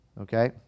okay